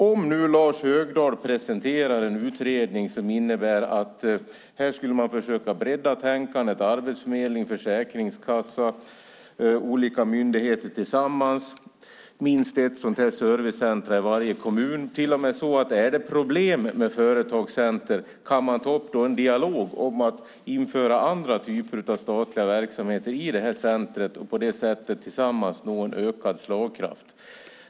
Nu har Lars Högdahl presenterat en utredning som innebär att man ska försöka bredda tänkandet, med Arbetsförmedlingen, Försäkringskassan och olika myndigheter tillsammans i minst ett sådant här företagscenter i varje kommun. Om det är problem med företagscentret kan man till och med ta upp en dialog om att införa andra typer av statliga verksamheter i detta center och på det sättet tillsammans nå en ökad slagkraft.